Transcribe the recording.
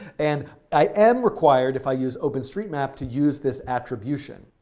and i am required, if i use open street map, to use this attribution.